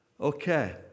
Okay